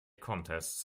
contests